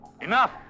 Enough